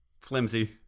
flimsy